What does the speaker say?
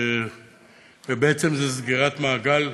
ובעצם זו סגירת מעגל,